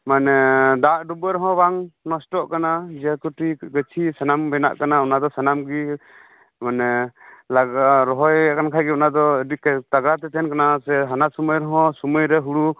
ᱢᱟᱱᱮ ᱫᱟᱜ ᱰᱩᱵᱟᱹ ᱨᱮᱦᱚᱸ ᱵᱟᱝ ᱱᱚᱥᱴᱚᱜ ᱠᱟᱱᱟ ᱡᱮ ᱠᱚᱴᱤ ᱜᱟᱹᱪᱷᱤ ᱥᱟᱱᱟᱢ ᱵᱮᱱᱟᱜ ᱠᱟᱱᱟ ᱚᱱᱟ ᱫᱚ ᱥᱟᱱᱟᱢ ᱜᱮ ᱢᱟᱱᱮ ᱞᱟᱜᱟᱣ ᱨᱚᱦᱚᱭᱮᱫ ᱠᱷᱟᱱ ᱜᱮ ᱚᱱᱟ ᱫᱚ ᱟᱹᱰᱤ ᱛᱟᱜᱽᱲᱟᱛᱮ ᱛᱟᱦᱮᱱ ᱠᱟᱱᱟ ᱥᱮ ᱦᱟᱱᱟ ᱥᱚᱢᱚᱭ ᱨᱮᱦᱚᱸ ᱥᱚᱢᱚᱭ ᱨᱮ ᱦᱩᱲᱩ